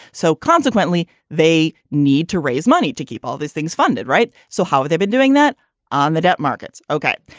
so consequently, they need to raise money to keep all these things funded. right. so how would they be doing that on the debt markets? ok.